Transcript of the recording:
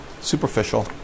superficial